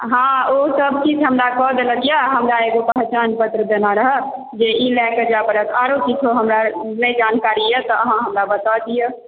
हँ ओसभ चीज़ हमरा कऽ देलक यऽ हमरा एगो पहचान पत्र देने रहय जे ई लए कऽ जाय परत आओरो किछुके हमरा नहि जानकारी यऽ तऽ अहाँ हमरा बता दिअ